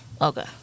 Okay